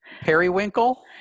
Periwinkle